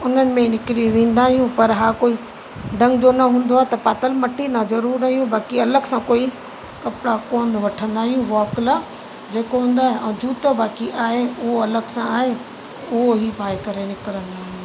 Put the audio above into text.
उन्हनि में निकिरी वेंदा आहियूं पर हा कोई ढंग जो न हूंदो आहे त पातल मटींदा ज़रूरु आहियूं बाक़ी अलॻि सां कोई कपिड़ा कोन वठंदा आहियूं वॉक लाइ जेको हूंदो आहे जूतो बाक़ी आहे उहो अलॻि सां आहे उहो ई पाए करे निकिरंदा आहियूं